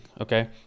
Okay